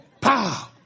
Pow